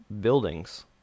buildings